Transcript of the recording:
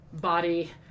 body